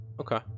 okay